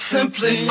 Simply